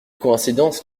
coïncidence